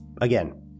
again